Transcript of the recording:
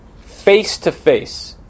face-to-face